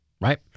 right